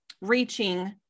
reaching